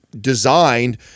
designed